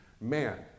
man